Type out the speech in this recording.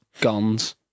guns